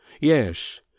Yes